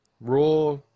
Raw